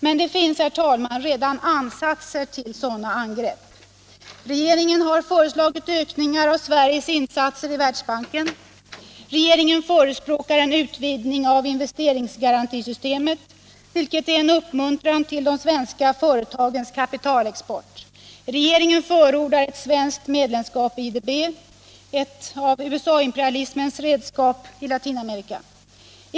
Men det finns, herr talman, redan ansatser till sådana angrepp. Regeringen har föreslagit ökningar av Sveriges insatser i Världsbanken. Regeringen förespråkar en utvidgning av investeringsgarantisystemet — vilket är en uppmuntran till de svenska företagens kapitalexport. Regeringen förordar ett svenskt medlemskap i IDB — ett av USA-imperialismens redskap i Latinamerika.